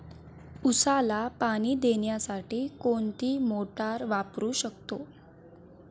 उसाला पाणी देण्यासाठी कोणती मोटार वापरू शकतो?